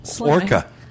orca